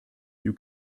you